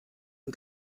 den